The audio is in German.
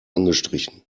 angestrichen